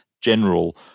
general